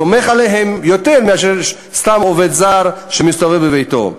סומך עליהם יותר מאשר על סתם עובד זר שמסתובב בביתו.